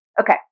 Okay